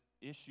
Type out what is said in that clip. issue